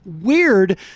weird